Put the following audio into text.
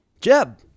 Jeb